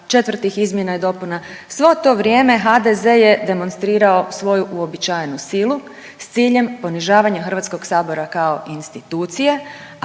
četvrtih izmjena i dopuna, svo to vrijeme HDZ je demonstrirao svoju uobičajenu silu s ciljem ponižavanja HS kao institucije,